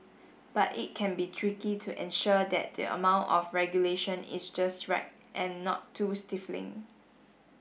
but it can be tricky to ensure that the amount of regulation is just right and not too stifling